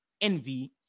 Envy